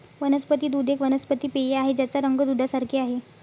वनस्पती दूध एक वनस्पती पेय आहे ज्याचा रंग दुधासारखे आहे